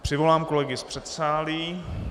Přivolám kolegy z předsálí.